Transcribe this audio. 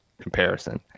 comparison